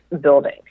building